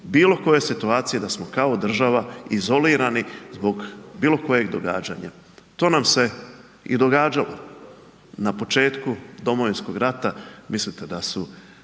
bilo kojoj situaciji da smo kao država izolirani zbog bilo kojeg događanja. To nam se i događalo na početku Domovinskog rata, mislite da su